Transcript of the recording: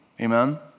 Amen